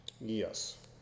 Yes